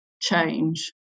change